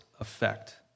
effect